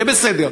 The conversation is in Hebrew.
זה בסדר.